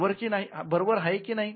बरोबर आहे की नाही